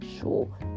sure